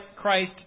Christ